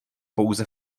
pouze